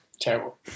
terrible